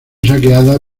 saqueada